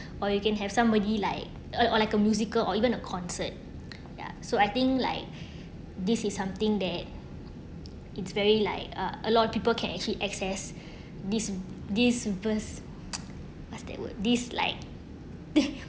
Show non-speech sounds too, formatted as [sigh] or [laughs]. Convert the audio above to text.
or you can have somebody like or or like a musical or even a concert ya so I think like this is something that it's very like uh a lot of people can actually access this this verse [noise] what's that word this like [laughs]